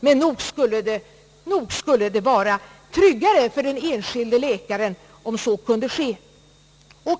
Men nog skulle det vara tryggare för den enskilde läkaren om så kunde ske.